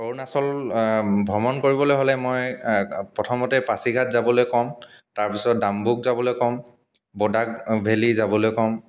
অৰুণাচল ভ্ৰমণ কৰিবলৈ হ'লে মই প্ৰথমতে পাছিঘাট যাবলৈ ক'ম তাৰপিছত ডাম্বুক যাবলৈ ক'ম ব'ডাক ভেলী যাবলৈ ক'ম